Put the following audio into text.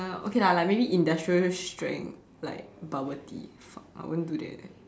okay lah like maybe industrial strength like bubble tea fuck I won't do that eh